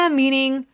meaning